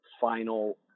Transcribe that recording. final